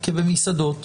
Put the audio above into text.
כי במסעדות